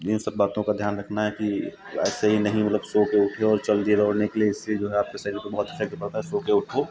इन सब बातों का ध्यान रखना है कि ऐसे ही नहीं मतलब सो के उठे और चल दिए दौड़ने उससे जो है आपके शरीर पे इफ़ेक्ट पड़ता है सो के उठो